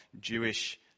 Jewish